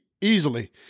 Easily